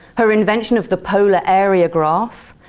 her invention of the polar area graph,